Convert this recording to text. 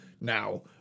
now